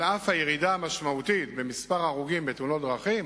על אף הירידה המשמעותית במספר ההרוגים בתאונות דרכים,